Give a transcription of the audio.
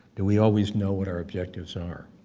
do we always know what our objectives are?